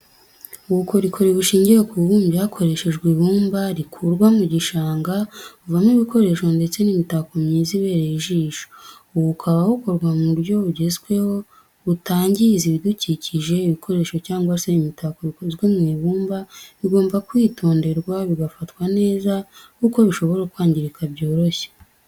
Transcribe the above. Ubukorikori bushingiye ku bubumbyi hakoreshejwe ibumba rikurwa mu gishanga buvamo ibikoresho ndetse n'imitako myiza ibereye ijisho, ubu bukaba bukorwa mu buryo bugezweho butangiza ibidukikije, ibikoresho cyangwa se imitako bikozwe mu ibumba bigomba kwitonderwa bigafatwa neza kuko bishobora kwangirika byoroshye